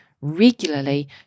regularly